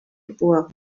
geb